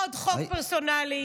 עוד חוק פרסונלי,